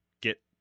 get